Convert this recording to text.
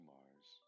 Mars